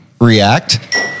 react